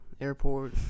airport